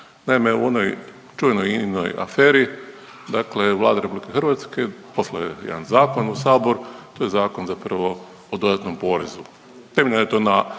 Naime, u onoj čuvenoj Ininoj aferi dakle Vlada RH poslala je jedan zakon u Sabor, to je Zakon zapravo o dodatnom porezu, … na europskoj